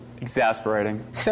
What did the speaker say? exasperating